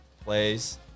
plays